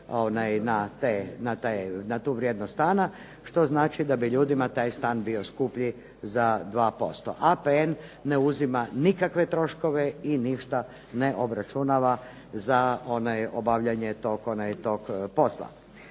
na tu vrijednost stana što znači da bi ljudima taj stan bio skuplji za 2%, APN ne uzima nikakve troškove i ništa ne obračunava za obavljanje tog posla.